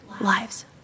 lives